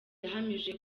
yahamije